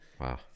Wow